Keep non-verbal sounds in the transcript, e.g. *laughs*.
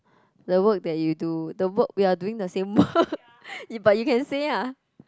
the work that you do the work we are doing the same work *laughs* but you can say ah